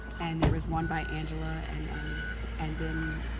and there was one by angela and um and then,